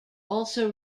also